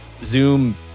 Zoom